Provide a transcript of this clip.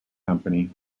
company